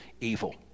evil